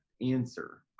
answer